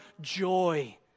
joy